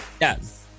Yes